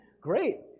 Great